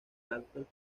dalton